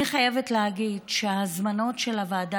אני חייבת להגיד שההזמנות של הוועדה